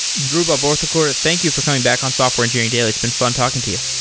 dhruba borthakur, thank you for coming back on software engineering daily. it's been fun talking to you.